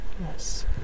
Yes